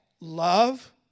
Love